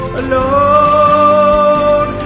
alone